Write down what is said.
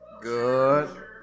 Good